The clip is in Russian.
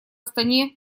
астане